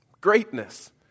Greatness